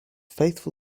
faithful